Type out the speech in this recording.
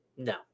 No